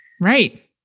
Right